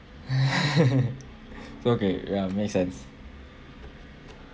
it's okay ya make sense